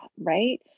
right